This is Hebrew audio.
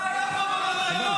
מה היה פה במדרגות?